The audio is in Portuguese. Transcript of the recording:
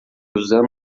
usando